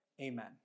Amen